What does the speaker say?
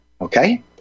Okay